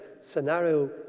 scenario